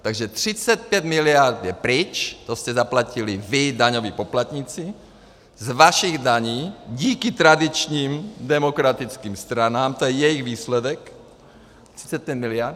Takže 35 miliard je pryč, to jste zaplatili vy, daňoví poplatníci, z vašich daní díky tradičním demokratickým stranám, to je jejich výsledek, 35 miliard.